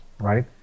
right